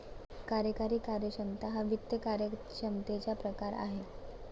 कार्यकारी कार्यक्षमता हा वित्त कार्यक्षमतेचा प्रकार आहे